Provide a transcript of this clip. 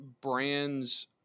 brands